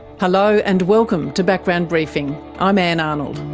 hello and welcome to background briefing. i'm ann arnold.